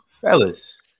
fellas